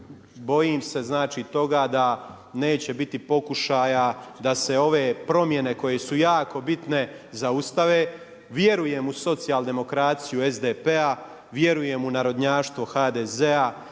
bojim se znači toga da neće biti pokušaja da se ove promjene koje su jako bitne zaustave, vjerujem u socijaldemokraciju SDP-a, vjerujem u narodnjaštvo HDZ-a,